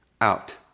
out